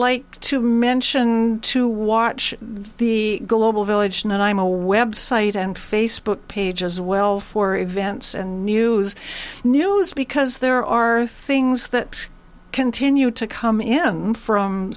like to mention to watch the global village and i'm a web site and facebook page as well for events and news news because there are things that continue to come in from